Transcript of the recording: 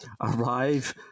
arrive